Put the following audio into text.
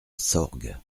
sorgues